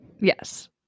Yes